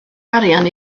arian